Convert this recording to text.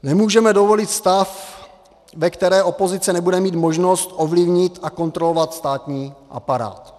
Nemůžeme dovolit stav, ve kterém opozice nebude mít možnost ovlivnit a kontrolovat státní aparát.